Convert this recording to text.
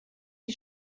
die